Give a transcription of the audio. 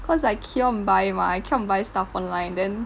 cause I keep on buy mah I keep on buying stuff online then